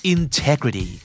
Integrity